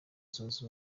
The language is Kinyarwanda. zunze